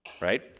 right